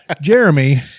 jeremy